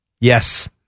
yes